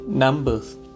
Numbers